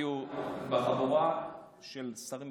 בחבורה של שרים מכובדים,